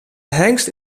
hengst